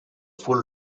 full